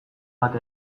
bat